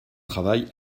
travail